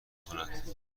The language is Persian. کند